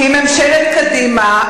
כי ממשלת קדימה,